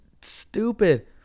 stupid